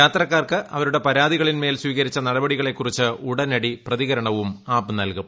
യാത്രക്കാർക്ക് അവരുടെ പരാതികളിന്മേൽ സ്വീകരിച്ച നടപടികളെ കുറിച്ച് ഉടനടി പ്രതികരണവും ആപ് നൽകും